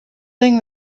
thing